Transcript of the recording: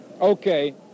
Okay